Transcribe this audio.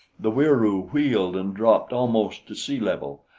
the wieroo wheeled and dropped almost to sea-level,